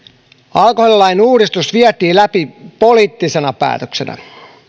alkoholilain uudistus vietiin läpi poliittisena päätöksenä